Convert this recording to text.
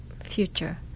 future